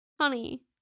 honey